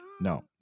No